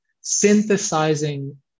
synthesizing